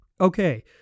okay